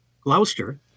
Gloucester